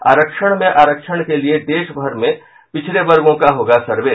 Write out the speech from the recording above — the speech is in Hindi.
आरक्षण में आरक्षण के लिये देश भर में पिछड़े वर्गों का होगा सर्वे